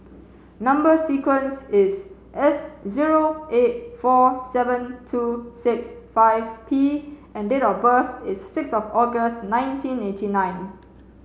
number sequence is S zero eight four seven two six five P and date of birth is sixth of August nineteen eighty nine